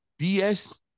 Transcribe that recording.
BS